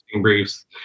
briefs